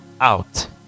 out